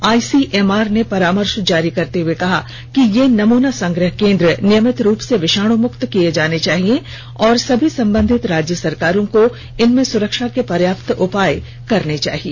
ICMR ने परामर्श जारी करते हुए कहा कि ये नमूना संग्रह केंद्र नियमित रूप से विषाणुमक्त किए जाने चाहिए और सभी संबंधित राज्य सरकारों को इनमें सुरक्षा के पर्याप्त उपाय करने चाहिए